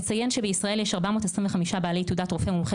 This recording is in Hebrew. נציין שבישראל יש 425 בעלי תעודת רופא מומחה